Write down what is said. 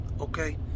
Okay